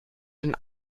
den